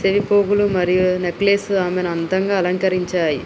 సెవిపోగులు మరియు నెక్లెస్ ఆమెను అందంగా అలంకరించాయి